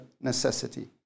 necessity